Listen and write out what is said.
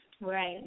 Right